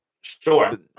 sure